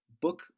Book